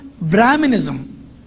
Brahminism